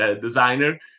designer